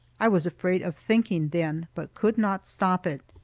i was afraid of thinking then, but could not stop it.